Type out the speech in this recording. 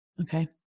Okay